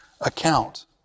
account